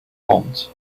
want